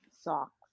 socks